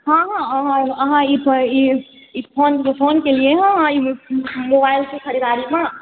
हँ हँ अहाँ ई फोन केलियै हँ मोबाइल के खरीददारी लए